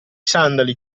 sandali